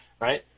right